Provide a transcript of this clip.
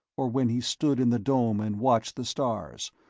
or when he stood in the dome and watched the stars,